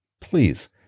please